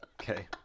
okay